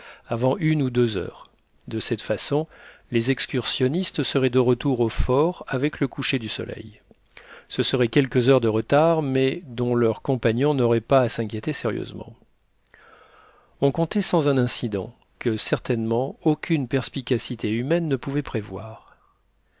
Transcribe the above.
avant une ou deux heures de cette façon les excursionnistes seraient de retour au fort avec le coucher du soleil ce seraient quelques heures de retard mais dont leurs compagnons n'auraient pas à s'inquiéter sérieusement on comptait sans un incident que certainement aucune perspicacité humaine ne pouvait prévoir